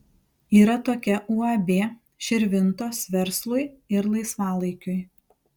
yra tokia uab širvintos verslui ir laisvalaikiui